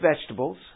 vegetables